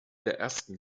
erster